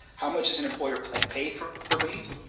how much is an employee like paid for for leave?